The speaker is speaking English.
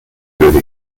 through